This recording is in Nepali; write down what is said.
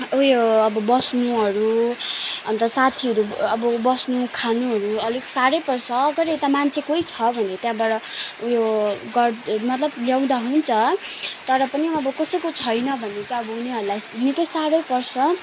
ऊ यो अब बस्नुहरू अन्त साथीहरू अब बस्नु खानुहरू अलिक साह्रै पर्छ तर यता मान्छे कोही छ भने त्यहाँबाट ऊ यो गर् मतलब ल्याउँदा हुन्छ तर पनि अब कसैको छैन भने चाहिँ अब उनीहरूलाई निकै साह्रै पर्छ